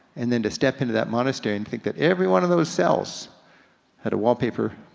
and then to step into that monastery and think that every one of those cells had a wallpaper,